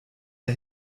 der